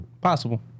Possible